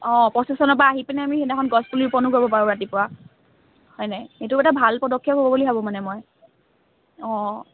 অঁ পছেচনৰপৰা আহি পিনে আমি সেইদিনাখন গছ পুলি ৰোপণো কৰিব পাৰোঁ ৰাতিপুৱা হয় নাই সেইটো এটা ভাল পদক্ষেপ হ'ব বুলি ভাবো মই অঁ